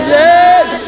yes